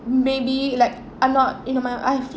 maybe like I'm not into my I've